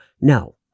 no